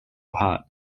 hot